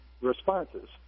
responses